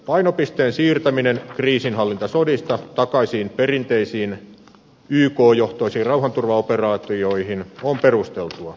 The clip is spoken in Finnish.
painopisteen siirtäminen kriisinhallintasodista takaisin perinteisiin yk johtoisiin rauhanturvaoperaatioihin on perusteltua